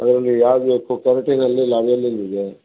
ಅದರಲ್ಲಿ ಯಾವ್ದು ಬೇಕು ಕೆರಾಟಿನಲ್ಲಿ ಲ್ಯಾವೆಂಡರ್ ಇದೆ